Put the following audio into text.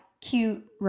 cute